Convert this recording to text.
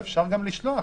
אפשר לשלוח אליהם סמס.